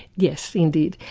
yes, indeed.